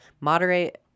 moderate